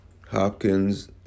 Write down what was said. hopkins